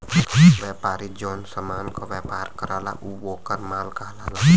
व्यापारी जौन समान क व्यापार करला उ वोकर माल कहलाला